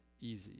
easy